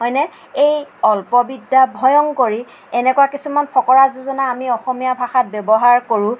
হয়নে এই অল্প বিদ্যা ভয়ংকৰী এনেকুৱা কিছুমান ফকৰা যোজনা অসমীয়া ভাষাত ব্যৱহাৰ কৰোঁ